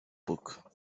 book